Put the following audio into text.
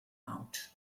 out